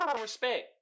respect